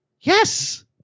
yes